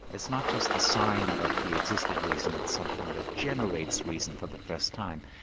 it's not just the sign of a pre-existing reason, it's something that generates reason for the first time.